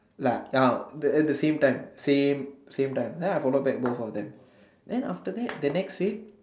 lah now at the same time same same time then I follow back both of them then after that the next day